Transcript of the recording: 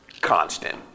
Constant